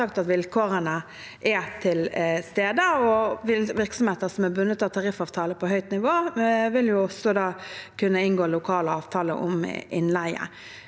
vilkårene er til stede. Virksomheter som er bundet av tariffavtale på høyt nivå, vil også kunne inngå lokale avtaler om innleie.